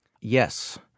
Yes